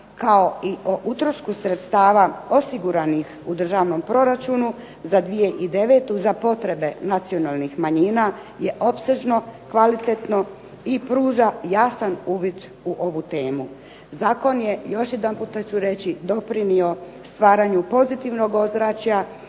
kao i o utrošku sredstava osiguranih u državnom proračunu za 2009. za potrebe nacionalnih manjina je opsežno, kvalitetno i pruža jasan uvid u ovu temu. Zakon je, još jedanputa ću reći doprinio stvaranju pozitivnog ozračja